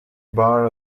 bar